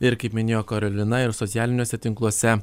ir kaip minėjo karolina ir socialiniuose tinkluose